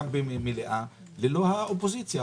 גם במליאה ללא האופוזיציה.